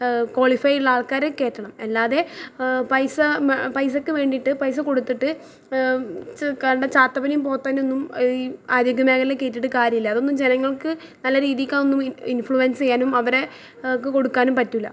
qualify ഉള്ള ആൾക്കാരെ കയറ്റണം അല്ലാതെ പൈസ മ് പൈസയ്ക്ക് വേണ്ടിയിട്ട് പൈസ കൊടുത്തിട്ട് കണ്ട ചാത്തപ്പനേയും പോത്തനേയൊന്നും ഈ ആരോഗ്യ മേഘലയിൽ കയറ്റിയിട്ട് കാര്യമില്ല അതൊന്നും ജനങ്ങൾക്ക് നല്ല രീതിക്കതൊന്നും ഇൻ ഇൻഫ്ലുവൻസ്സ് ചെയ്യാനും അവരെ എക്ക് കൊടുക്കാനും പറ്റില്ല